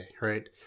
right